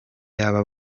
y’aba